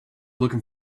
looking